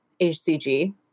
HCG